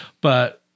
But-